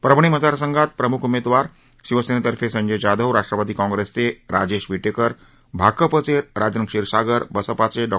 परभणी मतदारसंघात प्रमुख उमेदवार शिवसेनेतर्फे संजय जाधव राष्ट्रवादी काँग्रेसचे राजेश विटेकर भाकपचे राजन क्षीरसागर बसपाचे डॉ